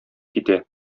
китә